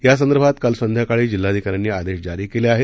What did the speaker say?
यासंदर्भात काल संध्याकाळी जिल्हाधिकाऱ्यांनी आदेश जारी केले आहेत